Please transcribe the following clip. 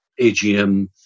AGM